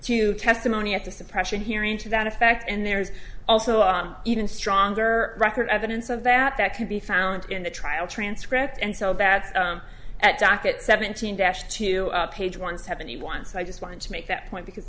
to testimony at the suppression hearing to that effect and there's also even stronger record evidence of that that can be found in the trial transcript and so bad at docket seventeen dash to page one seventy one so i just wanted to make that point because